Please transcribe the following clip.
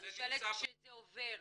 לא, אני שואלת כשזה עובר,